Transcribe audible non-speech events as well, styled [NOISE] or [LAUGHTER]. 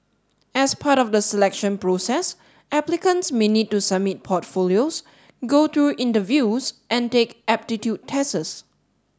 as part of the selection process applicants may need to submit portfolios go through interviews and take aptitude [UNINTELLIGIBLE]